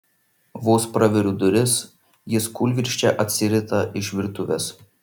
vos praveriu duris jis kūlvirsčia atsirita iš virtuvės